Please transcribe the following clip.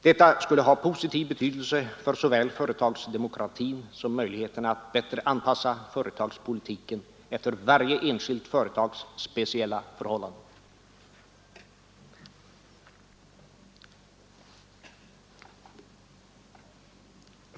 Detta skulle ha positiv betydelse för såväl företagsdemokratin som möjligheterna att bättre anpassa företagspolitiken efter varje enskilt företags FRE RAANEER speciella förhållanden.